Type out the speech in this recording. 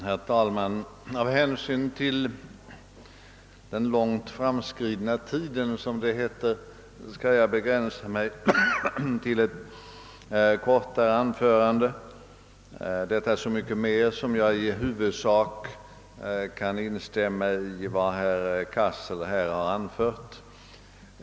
Herr talman! Av hänsyn till den långt framskridna tiden, som det heter, skall jag begränsa mig till ett kortare inlägg — detta så mycket mer som jag i huvudsak kan instämma i vad herr Cassel anfört.